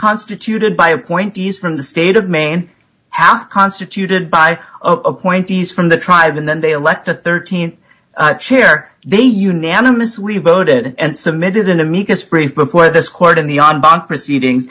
constituted by appointees from the state of maine has constituted by appointees from the tribe and then they elect the th chair they unanimously voted and submitted an amicus brief before this court in the on down proceedings